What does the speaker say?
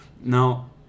Now